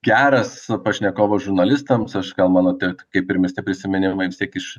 geras pašnekovas žurnalistams aš gal mano tad kaip ir mes tie prisiminimai vis tiek iš